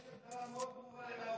יש הגדרה מאוד ברורה מהו כיבוש.